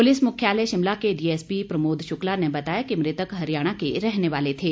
police मुख्यालय शिमला के DSP Pramod Shukla ने बताया कि मृतक हरियाणा के रहने वाले थे